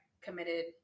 committed